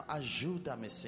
ajuda-me